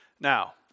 Now